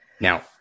Now